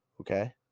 okay